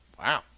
Wow